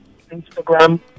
instagram